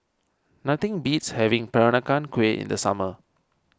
nothing beats having Peranakan Kueh in the summer